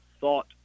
thought